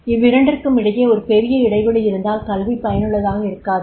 இவ்விரண்டிற்குமிடையே ஒரு பெரிய இடைவெளி இருந்தால் கல்வி பயனுள்ளதாக இருக்காது